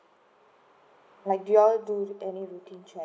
like you all do any routine checks